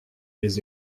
les